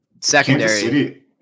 secondary